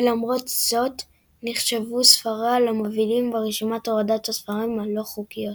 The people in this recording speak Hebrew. ולמרות זאת נחשבו ספריה למובילים ברשימת הורדות הספרים הלא חוקיות.